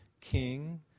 King